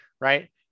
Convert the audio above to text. right